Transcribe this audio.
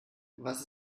was